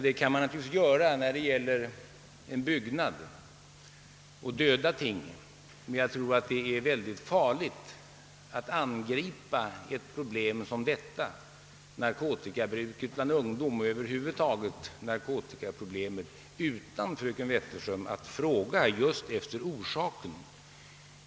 Så kan man naturligtvis göra när det gäller en byggnad eller andra döda ting, men jag tror att det är mycket farligt att angripa ett problem som detta — narkotikabruket bland ungdom och narkotikaproblemen över huvud taget, fröken Wetterström — utan att fråga just efter orsaken.